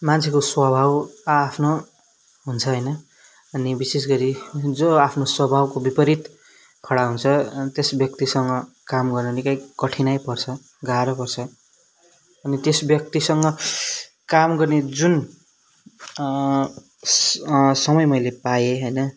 मान्छेको स्वभाव आ आफ्नो हुन्छ होइन अनि विशेष गरी जो आफ्नो स्वभावको विपरीत खडा हुन्छ अनि त्यस व्यक्तिसँग काम गर्न निकै कठिन पर्छ गाह्रो पर्छ अनि त्यस व्यक्तिसँग काम गर्ने जुन स समय मैले पाएँ होइन